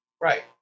Right